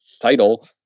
title